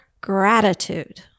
Gratitude